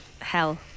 hell